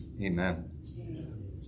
amen